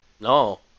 No